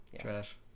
trash